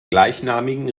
gleichnamigen